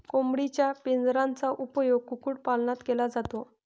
कोंबडीच्या पिंजऱ्याचा उपयोग कुक्कुटपालनात केला जातो